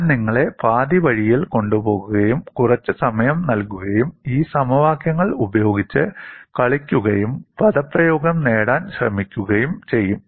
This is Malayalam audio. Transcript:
ഞാൻ നിങ്ങളെ പാതിവഴിയിൽ കൊണ്ടുപോകുകയും കുറച്ച് സമയം നൽകുകയും ഈ സമവാക്യങ്ങൾ ഉപയോഗിച്ച് കളിക്കുകയും പദപ്രയോഗം നേടാൻ ശ്രമിക്കുകയും ചെയ്യും